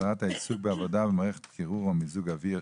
הסדרת העיסוק בעבודה במערכת קירור או מיזוג אוויר,